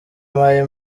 mayi